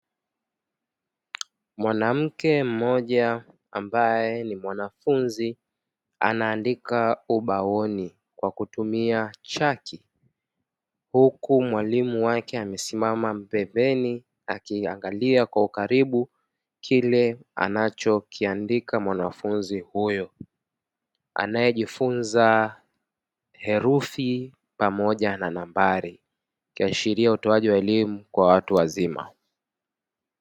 Mwanamke mmoja ambae ni mwanafunzi anaandika ubaoni kwa kutumia chaki, huku mwalimu wake amesimama pembeni akiangalia kwa ukaribu kile anachokiandika mwanafunzi huyo, anaejifunza herufi pamoja na nambari kuashiria utoaji wa elimu kwa watu wazima.